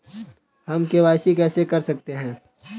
हम के.वाई.सी कैसे कर सकते हैं?